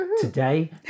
Today